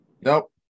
Nope